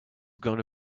gonna